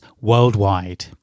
worldwide